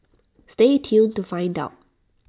stay tuned to find out